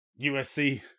USC